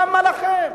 למה לכם?